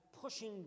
pushing